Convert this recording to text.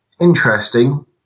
interesting